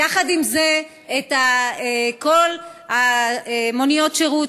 ויחד עם זה את כל מוניות השירות,